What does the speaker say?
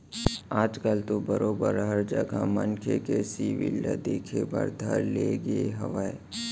आज कल तो बरोबर हर जघा मनखे के सिविल ल देखे बर धर ले गे हावय